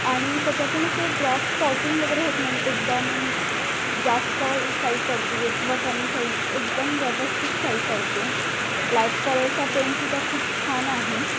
आणि त्याच्यातून असे ड्रॉप्स स्पॉटिंग वगैरे होत नाही एकदम जास्त शाई पडते आहे किंवा कमी शाई एकदम व्यवस्थित शाई पडते आहे ब्लॅक कलरचा पेनसुद्धा खूप छान आहे